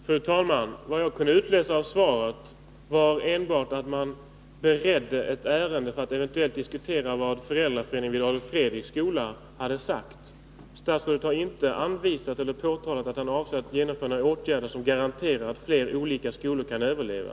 Fru talman! Det enda som jag kunde utläsa av svaret var att man beredde ett ärende för att eventuellt diskutera vad föräldraföreningen vid Adolf Fredriks skola hade sagt. Statsrådet har inte anvisat eller talat om att han avser att vidta några åtgärder som garanterar att flera olika skolor kan överleva.